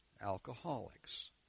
alcoholics